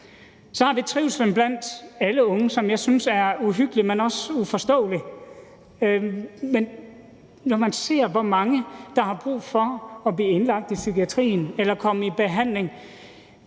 Så har vi trivslen blandt alle unge, som jeg synes er uhyggelig, men også uforståelig. Når man ser, hvor mange der har brug for at blive indlagt i psykiatrien eller at komme i behandling